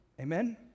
Amen